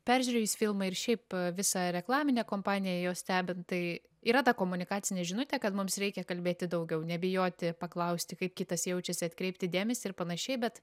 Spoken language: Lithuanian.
peržiūrėjus filmą ir šiaip visą reklaminę kompaniją jo stebint tai yra ta komunikacinė žinutė kad mums reikia kalbėti daugiau nebijoti paklausti kaip kitas jaučiasi atkreipti dėmesį ir panašiai bet